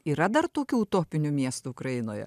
yra dar tokių utopinių miestų ukrainoje